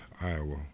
Iowa